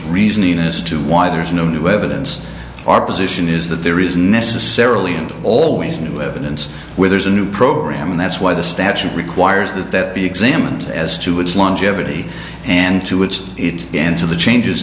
reasoning as to why there's no new evidence our position is that there is necessarily and always new evidence where there's a new program and that's why the statute requires that that be examined as to its longevity and to its end to the changes